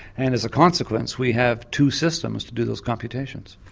and as a consequence we have two systems to do those computations.